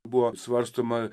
buvo svarstoma